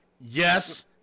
yes